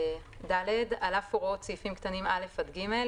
2. (ד)על אף הוראות סעיפים קטנים (א) עד (ג),